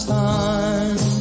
time